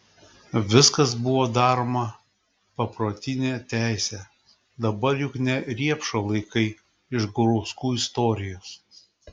viskas buvo daroma paprotine teise dabar juk ne riepšo laikai iš gurauskų istorijos